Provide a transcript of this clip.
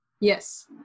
Yes